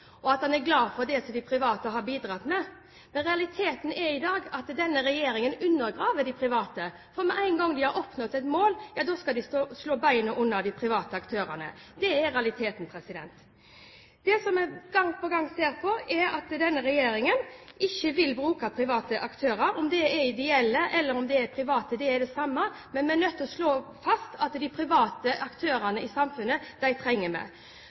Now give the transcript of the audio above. og at han er glad for det de private har bidratt med. Men realiteten i dag er at denne regjeringen undergraver de private. Med én gang de har nådd målet, skal de slå beina under de private aktørene. Det er realiteten. Det vi gang på gang ser, er at denne regjeringen ikke vil bruke private aktører. Om det er ideelle, eller om det er private, det er det samme. Men vi er nødt til å slå fast at vi trenger de private aktørene i samfunnet.